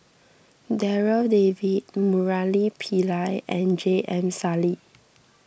Darryl David Murali Pillai and J M Sali